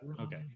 Okay